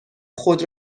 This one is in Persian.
خود